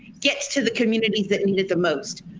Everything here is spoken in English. gets to the communities that need it the most.